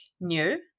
new